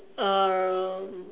um